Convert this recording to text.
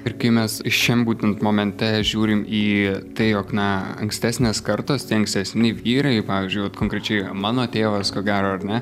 ir kai mes šiam būtent momente žiūrim į tai jog na ankstesnės kartos tie ankstesni vyrai pavyzdžiui vat konkrečiai mano tėvas ko gero ar ne